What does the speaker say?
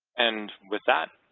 and with that,